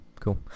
cool